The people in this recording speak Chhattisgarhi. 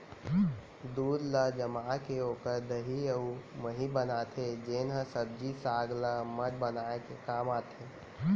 दूद ल जमाके ओकर दही अउ मही बनाथे जेन ह सब्जी साग ल अम्मठ बनाए के काम आथे